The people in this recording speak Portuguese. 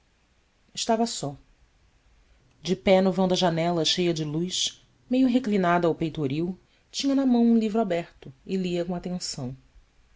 estava só de pé no vão da janela cheia de luz meio reclinada ao peitoril tinha na mão um livro aberto e lia com atenção